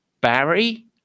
Barry